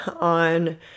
on